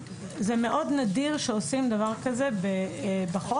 זה מאוד נדיר שעושים דבר כזה בחוק.